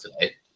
today